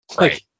Right